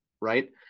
right